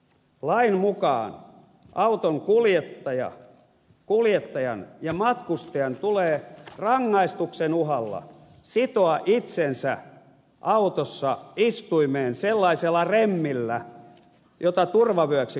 lain mukaan autonkuljettajan ja matkustajan tulee rangaistuksen uhalla sitoa itsensä autossa istuimeen sellaisella remmillä jota turvavyöksi kutsutaan